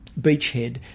beachhead